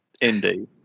Indeed